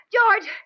George